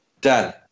Dan